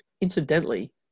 incidentally